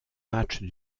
matches